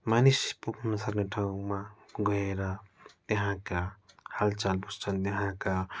मानिस पुग्नु नसक्ने ठाउँमा गएर त्यहाँका हालचाल बुझ्छन् त्यहाँका